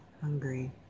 hungry